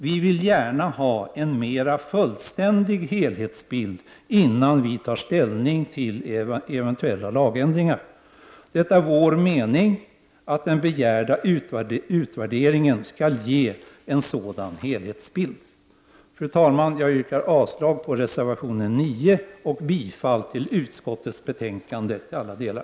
Vi vill gärna ha en mera fullständig helhetsbild innan vi tar ställning till eventuella lagändringar. Det är vår mening att den begärda utvärderingen skall ge en sådan helhetsbild. Fru talman! Jag yrkar avslag på reservation 9 och bifall till utskottets hemställan i alla delar.